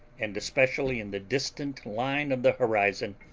and especially in the distant line of the horizon,